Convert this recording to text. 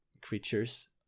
creatures